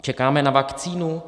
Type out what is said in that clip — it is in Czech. Čekáme na vakcínu?